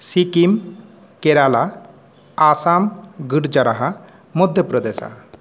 सिक्किं केरला आसां गुर्जरः मध्यप्रदेशः